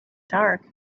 dark